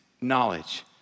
knowledge